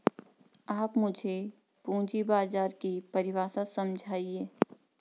आप मुझे पूंजी बाजार की परिभाषा समझाइए